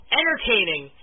entertaining